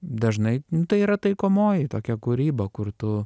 dažnai tai yra taikomoji tokia kūryba kur tu